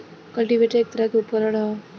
cultivator एक तरह के उपकरण ह